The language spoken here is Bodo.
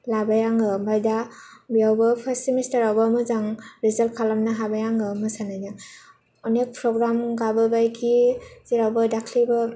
लाबाय आङो ओमफ्राय दा बेयावबो फार्स्त सेमिस्टारावबो मोजां रिजाल्त खालामनो हाबाय आङो मोसानायाव अनेख प्रग्राम गाबोबायखि जेरावबो दाख्लिबो